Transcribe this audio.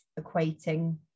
equating